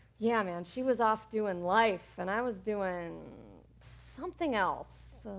yeah, man, she was off doing life and i was doing something else,